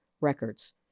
records